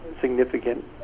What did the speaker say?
significant